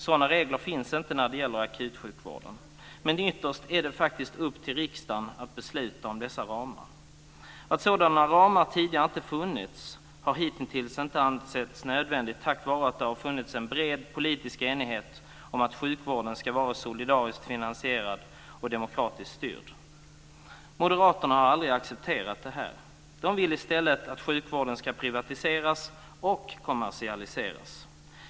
Sådana regler finns inte när det gäller akutsjukvården. Men ytterst är det faktist upp till riksdagen att besluta om dessa ramar. Sådana ramar har tidigare inte funnits. Det har hittills inte ansetts nödvändigt tack vare att det har funnits en bred politisk enighet om att sjukvården ska vara solidariskt finansierad och demokratiskt styrd. Moderaterna har aldrig accepterat detta. De vill i stället att sjukvården ska privatiseras och kommersialiseras.